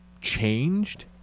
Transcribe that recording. changed